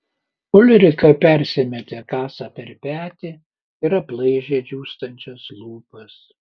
ulrika persimetė kasą per petį ir aplaižė džiūstančias lūpas